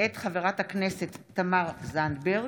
מאת חברת הכנסת תמר זנדברג,